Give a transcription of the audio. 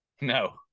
No